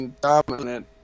dominant